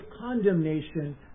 condemnation